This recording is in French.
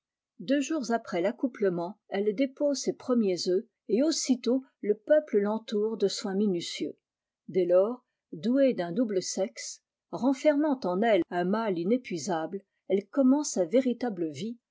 deux jours après laccoupiement elle dépose ses premiers œufs et aussitôt le peuple l'entoure de soins minutieux dès lors douée d'un double sexe renfermant en elle un mâle inépuisable elle commence sa véritable vie